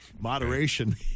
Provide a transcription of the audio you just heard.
Moderation